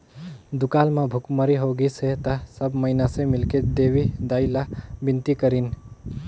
दुकाल म भुखमरी होगिस त सब माइनसे मिलके देवी दाई ला बिनती करिन